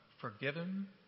Forgiven